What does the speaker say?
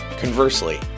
Conversely